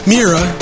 Mira